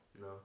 No